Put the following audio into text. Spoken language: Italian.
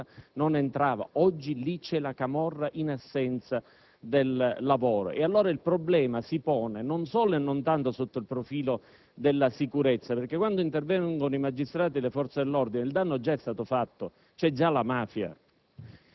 non ci entrava; oggi lì c'è la camorra in assenza del lavoro. Il problema allora si pone non solo e non tanto sotto il profilo della sicurezza perchè quando intervengono i magistrati e le forze dell'ordine il danno è già stato fatto, c'è già la mafia.